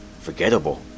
forgettable